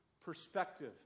perspective